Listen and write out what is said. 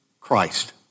Christ